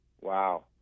Wow